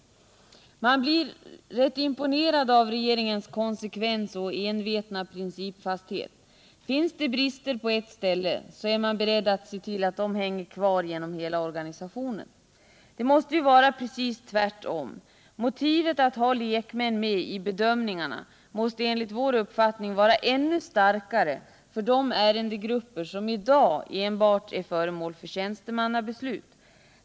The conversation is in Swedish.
Man blir imponerad av regeringens konsekvens och envetna principfasthet: Finns det brister på ett ställe, så är man beredd att se till att de hänger kvar genom hela organisationen! Det måste ju vara precis tvärtom: Motivet att ha lekmän med i bedömningarna måste enligt vår uppfattning vara ännu starkare för de ärendegrupper som i dag enbart är föremål för tjänstemannabeslut.